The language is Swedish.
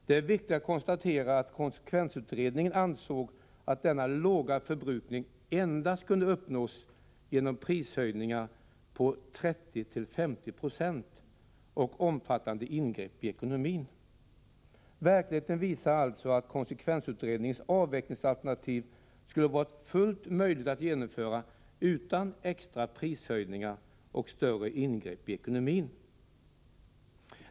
Det är viktigt att konstatera att konsekvensutredningen ansåg att denna låga förbrukning endast kunde uppnås genom prishöjningar på 30-50 96 och omfattande ingrepp i ekonomin. Verkligheten visar alltså att konsekvensutredningens avvecklingsalternativ skulle ha varit fullt möjligt att genomföra utan extra prishöjningar och större ingrepp i ekonomin.